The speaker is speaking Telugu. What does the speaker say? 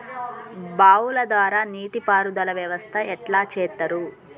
బావుల ద్వారా నీటి పారుదల వ్యవస్థ ఎట్లా చేత్తరు?